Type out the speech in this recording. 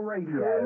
Radio